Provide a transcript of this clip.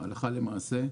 הלכה למעשה.